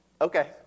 okay